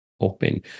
open